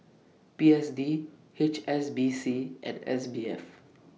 P S D H S B C and S B F